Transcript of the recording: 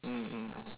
mm mm mm